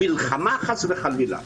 מלחמה חס וחלילה,